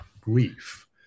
grief